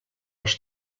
als